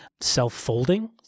self-folding